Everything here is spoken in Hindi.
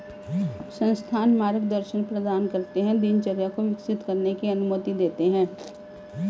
संस्थान मार्गदर्शन प्रदान करते है दिनचर्या को विकसित करने की अनुमति देते है